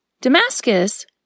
Damascus